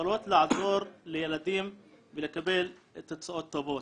שיכולות לעזור לילדים לקבל תוצאות טובות.